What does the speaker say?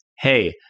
hey